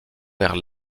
vers